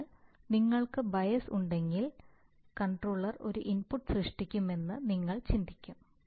അതിനാൽ നിങ്ങൾക്ക് ബയസ് ഉണ്ടെങ്കിൽ കൺട്രോളർ ഒരു ഇൻപുട്ട് സൃഷ്ടിക്കുമെന്ന് നിങ്ങൾ ചിന്തിക്കും